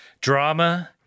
Drama